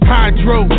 Hydro